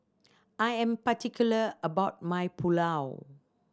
I am particular about my Pulao